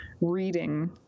reading